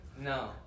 No